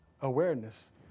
awareness